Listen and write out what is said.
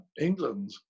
England